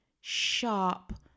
sharp